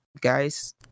guys